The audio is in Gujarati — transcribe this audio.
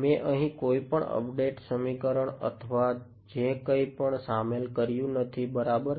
મેં અહી કોઈપણ અપડેટ સમીકરણ અથવા જેકંઈપણ શામેલ કર્યું નથી બરાબર